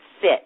sit